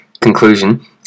Conclusion